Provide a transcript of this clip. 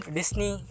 Disney